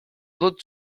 dut